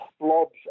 blobs